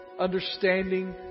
understanding